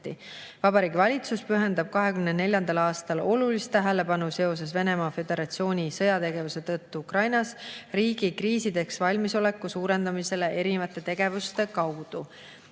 Vabariigi Valitsus pühendab 2024. aastal olulist tähelepanu Venemaa Föderatsiooni sõjategevuse tõttu Ukrainas riigi kriisideks valmisoleku suurendamisele erinevate tegevuste kaudu: